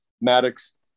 Maddox